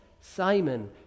Simon